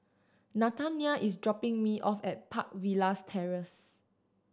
Nathanial is dropping me off at Park Villas Terrace